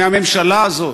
מהממשלה הזאת,